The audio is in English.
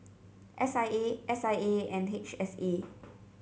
S I A S I A and H S A